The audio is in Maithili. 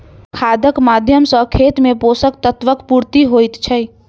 खादक माध्यम सॅ खेत मे पोषक तत्वक पूर्ति होइत छै